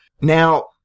Now